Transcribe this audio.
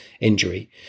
injury